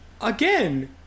Again